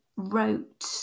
wrote